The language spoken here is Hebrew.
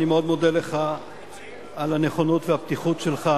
אני מאוד מודה לך על הנכונות והפתיחות שלך.